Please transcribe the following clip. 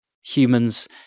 Humans